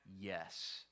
Yes